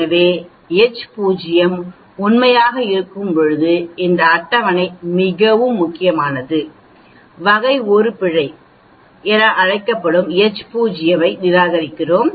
எனவே H0 உண்மையாக இருக்கும்போது இந்த அட்டவணை மிகவும் முக்கியமானது வகை 1 பிழை என்று அழைக்கப்படும் H 0 ஐ நிராகரிக்கிறோம்